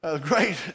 great